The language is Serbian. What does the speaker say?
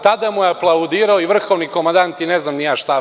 Tada mu je aplaudirao i vrhovni komandant i ne znam sve šta.